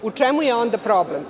U čemu je onda problem?